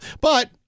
But-